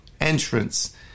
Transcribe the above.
entrance